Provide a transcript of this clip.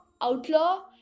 Outlaw